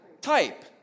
Type